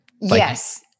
Yes